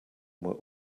were